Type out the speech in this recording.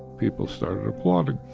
people started applauding.